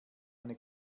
eine